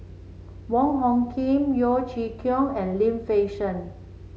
Wong Hung Khim Yeo Chee Kiong and Lim Fei Shen